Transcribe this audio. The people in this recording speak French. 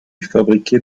fabriquait